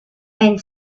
and